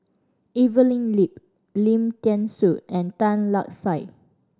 Evelyn Lip Lim Thean Soo and Tan Lark Sye